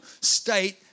state